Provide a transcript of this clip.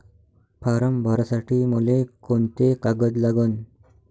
Form भरासाठी मले कोंते कागद लागन?